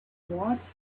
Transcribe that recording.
watched